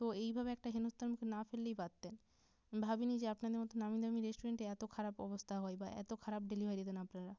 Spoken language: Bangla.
তো এইভাবে একটা হেনস্থার মুখে না ফেললেই পারতেন ভাবি নি যে আপনাদের মতন নামি দামি রেস্টুরেন্টে এত খারাপ অবস্থা হয় বা এত খারাপ ডেলিভারি দেন আপনারা